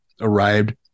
arrived